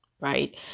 Right